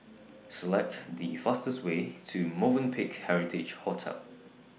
Select The fastest Way to Movenpick Heritage Hotel